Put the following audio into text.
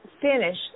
finish